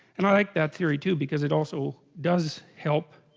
and i like that theory too because it, also does help